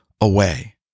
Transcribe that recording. away